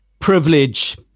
privilege